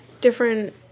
different